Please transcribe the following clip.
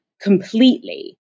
completely